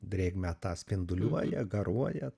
drėgmę tą spinduliuoja garuoja